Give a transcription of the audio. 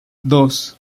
dos